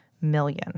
million